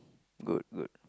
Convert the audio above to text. good good